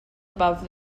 above